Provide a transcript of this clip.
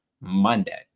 Monday